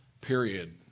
period